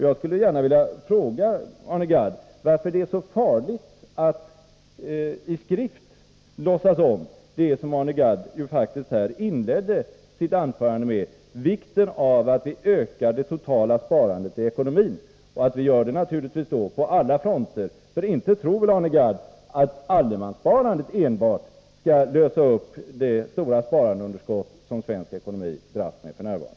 Jag skulle gärna vilja fråga Arne Gadd, varför det är så farligt att i skrift låtsas om vad Arne Gadd muntligt framhöll i inledningen av sitt anförande, nämligen vikten av att vi ökar det totala sparandet i ekonomin och att vi då naturligtvis gör det på alla fronter — inte tror väl Arne Gadd att enbart allemanssparandet skall lösa upp det stora sparandeunderskott som svensk ekonomi f. n. dras med?